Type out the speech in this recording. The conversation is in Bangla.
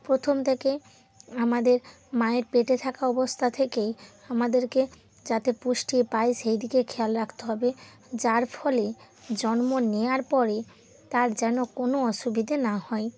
প্রথম থেকে আমাদের মায়ের পেটে থাকা অবস্থা থেকেই আমাদেরকে যাতে পুষ্টি পায় সেইদিকে খেয়াল রাখতে হবে যার ফলে জন্ম নেওয়ার পরে তার যেন কোনো অসুবিধে না হয়